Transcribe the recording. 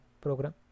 program